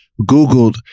Googled